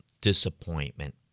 disappointment